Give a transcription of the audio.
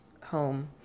home